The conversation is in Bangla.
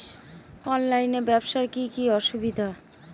অনলাইনে ব্যবসার কি কি অসুবিধা?